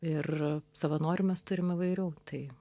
ir savanorių mes turim įvairių tai